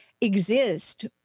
exist